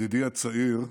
ידידי הצעיר.